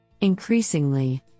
Increasingly